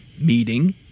Meeting